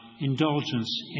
indulgence